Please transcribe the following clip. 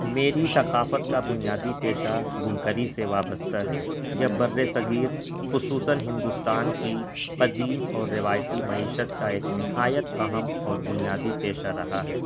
میری ثقافت کا بنیادی پیشہ بمکری سے وابستہ ہے بر صغیر خصوصاً ہندوستان کی قدیم اور روایتی معیشت کا ایک نہایت اہم اور بنیادی پیشہ رہا ہے